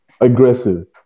aggressive